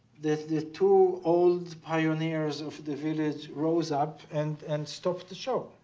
that the two old pioneers of the village rose up and and stopped the show,